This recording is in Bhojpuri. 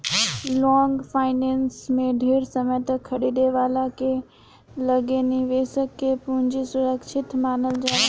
लॉन्ग फाइनेंस में ढेर समय तक खरीदे वाला के लगे निवेशक के पूंजी सुरक्षित मानल जाला